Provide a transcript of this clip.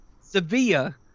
Sevilla